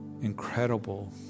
incredible